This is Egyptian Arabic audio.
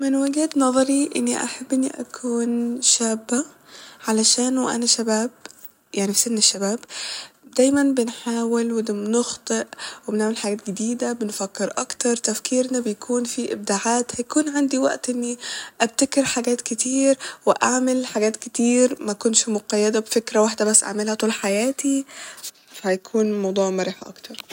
من وجهة نظري اني احب اني اكون شابة علشان وانا شباب يعني في سن الشباب دايما بنحاول و د- بنخطئوبنعمل حاجات جديدة بنفكر اكتر تفكيرنا بيكون فيه ابداعات هيكون عندي وقت اني ابتكر حاجات كتير واعمل حاجات كتير مكونش مقيدة بفكرة واحدة بس اعملها طول حياتي ف هيكون الموضوع مرح اكتر